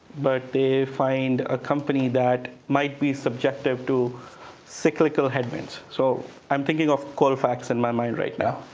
but they find a company that might be subjective to cyclical headwinds. so i'm thinking of colfax in my mind right now.